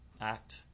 act